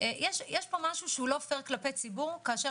יש פה משהו לא פייר כלפי ציבור כאשר